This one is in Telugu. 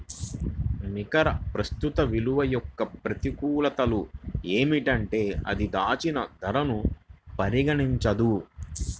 నికర ప్రస్తుత విలువ యొక్క ప్రతికూలతలు ఏంటంటే అది దాచిన ధరను పరిగణించదు